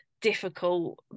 difficult